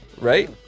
right